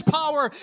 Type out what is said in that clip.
power